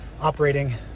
operating